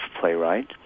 playwright